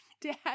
dad